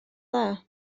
dda